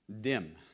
dim